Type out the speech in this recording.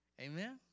Amen